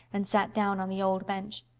and sat down on the old bench.